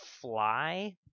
fly